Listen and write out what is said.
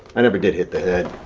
i never did hit the head.